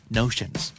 notions